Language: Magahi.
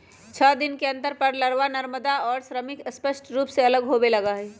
छः दिन के अंतर पर लारवा, नरमादा और श्रमिक स्पष्ट रूप से अलग होवे लगा हई